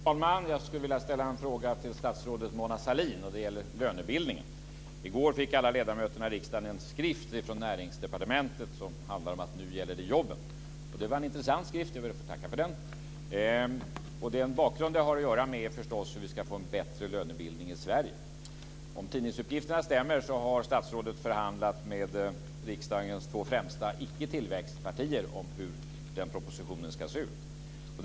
Fru talman! Jag skulle vilja ställa en fråga till statsrådet Mona Sahlin. Det gäller lönebildningen. I går fick alla ledamöter i riksdagen en skrift från Näringsdepartementet som handlar om att det nu gäller jobben. Det var en intressant skrift. Jag ber att få tacka för den. Den bakgrund den har att göra med är förstås hur vi ska få en bättre lönebildning i Sverige. Om tidningsuppgifterna stämmer har statsrådet förhandlat med riksdagens två främsta icketillväxtpartier om hur propositionen ska se ut.